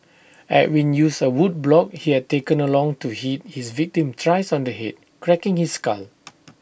Edwin used A wood block he had taken along to hit his victim thrice on the Head cracking his skull